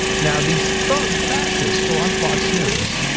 now, these thug fascist go on fox news,